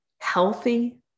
healthy